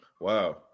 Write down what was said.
Wow